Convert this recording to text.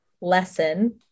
lesson